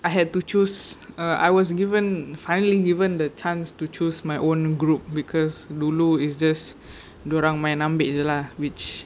I had to choose ah I was given finally given the chance to choose my own group because dulu is dorang main ambil jer lah which